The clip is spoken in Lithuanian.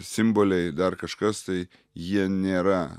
simboliai dar kažkas tai jie nėra